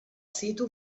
sito